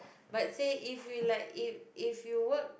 but say if you like if if you work